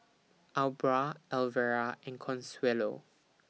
Aubra Alvera and Consuelo